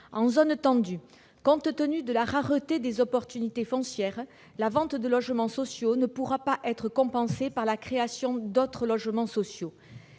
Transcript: En zone tendue, compte tenu de la rareté des opportunités foncières, la vente de logements sociaux ne pourra pas être compensée par la création d'autres logements sociaux.